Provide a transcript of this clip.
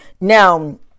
now